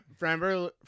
Framber